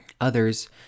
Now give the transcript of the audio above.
Others